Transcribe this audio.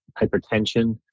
hypertension